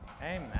Amen